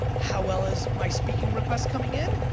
how well is my speaking request coming in?